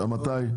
מתי?